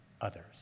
others